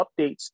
updates